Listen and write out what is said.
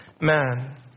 man